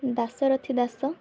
Dasarathi Das